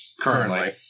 Currently